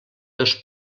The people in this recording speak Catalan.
dos